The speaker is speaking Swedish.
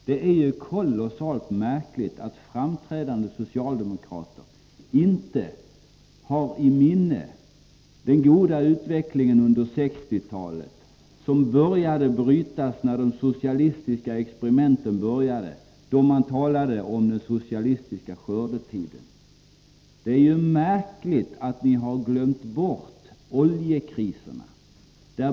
Det är oerhört märkligt att framträdande socialde mokrater inte har i minnet den goda utvecklingen under 1960-talet, som Nr 11 började brytas när de socialistiska experimenten startade, då man talade om Torsdagen den den socialistiska skördetiden. Det är märkligt att ni har glömt bort 20 oktober 1983 oljekriserna.